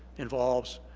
involves.